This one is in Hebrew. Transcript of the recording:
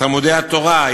תלמודי-התורה,